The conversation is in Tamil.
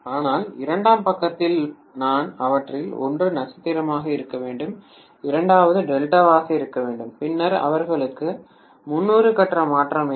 ஆனால் இரண்டாம் பக்கத்தில் நான் அவற்றில் ஒன்று நட்சத்திரமாக இருக்க வேண்டும் இரண்டாவது டெல்டாவாக இருக்க வேண்டும் பின்னர் அவர்களுக்கு 300 கட்ட மாற்றம் இருக்கும்